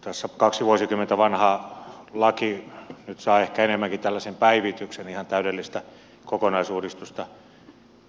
tässä kaksi vuosikymmentä vanha laki nyt saa ehkä enemmänkin tällaisen päivityksen ihan täydellistä kokonaisuudistusta